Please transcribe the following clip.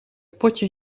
potje